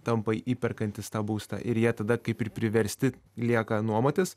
tampa įperkantys tą būstą ir jie tada kaip ir priversti lieka nuomotis